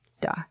Duh